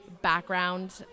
background